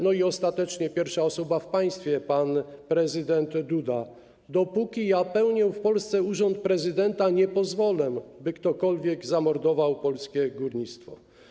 No i ostatecznie pierwsza osoba w państwie, pan prezydent Duda: dopóki ja pełnię w Polsce urząd prezydenta, nie pozwolę, by ktokolwiek zamordował polskie górnictwo.